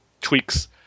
tweaks